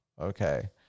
Okay